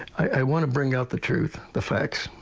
i want to bring out the truth, the facts.